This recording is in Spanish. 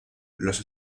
los